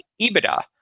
EBITDA